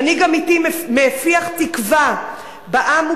מנהיג אמיתי מפיח תקווה בעם,